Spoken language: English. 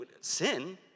sin